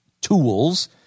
tools